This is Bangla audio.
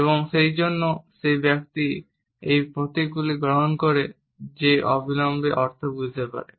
এবং সেইজন্য যে ব্যক্তি এই প্রতীকগুলি গ্রহণ করে সে অবিলম্বে অর্থ বুঝতে পারে